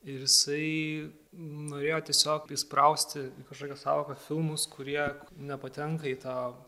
ir jisai norėjo tiesiog įsprausti į kažkokią sąvoką filmus kurie nepatenka į tau